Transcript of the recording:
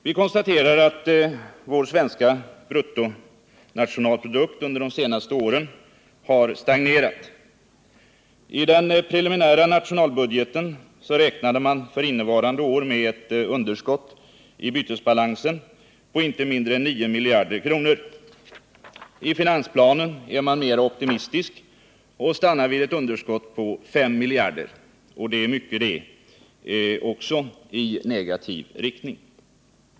Vi konstaterar att den svenska bruttonationalprodukten under de senaste åren stagnerat. I den preliminära nationalbudgeten räknade man för innevarande år med ett underskott i bytesbalansen på inte mindre än 9 miljarder kronor. I finansplanen är man mera optimistisk och stannar vid ett underskott på 5 miljarder. Det är mycket också det.